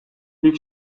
büyük